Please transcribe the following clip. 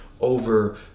over